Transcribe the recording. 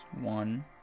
one